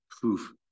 poof